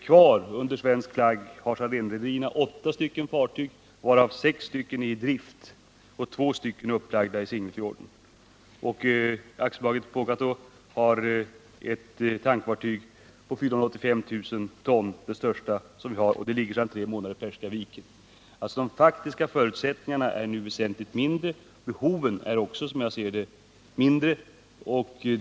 Kvar under svensk flagg har Salénrederierna åtta stycken fartyg, varav sex är i drift och två är upplagda i Sognefjorden. Rederi AB Pagota har ett tankfartyg på 485 000 ton — det största vi har — och det ligger sedan tre månader i Persiska viken. De faktiska förutsättningarna är alltså nu väsentligt sämre. Som jag ser det är också behoven mindre.